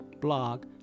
blog